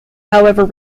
however